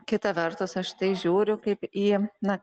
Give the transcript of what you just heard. kita vertus aš į tai žiūriu kaip į na